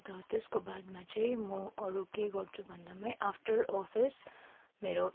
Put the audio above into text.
अन्त त्यसको बादमा चाहिँ म अरू के गर्छु भन्दामा आफ्टर अफिस मेरो